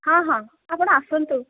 ହଁ ହଁ ଆପଣ ଆସନ୍ତୁ